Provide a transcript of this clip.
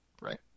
right